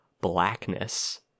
blackness